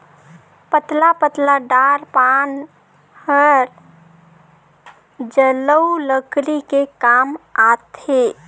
पतला पतला डार पान हर जलऊ लकरी के काम आथे